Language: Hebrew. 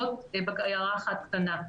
זאת הערה אחת קטנה.